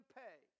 pay